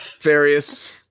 various